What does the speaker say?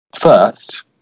first